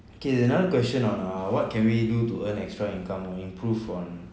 okay another question on uh what can we do to earn extra income and improve on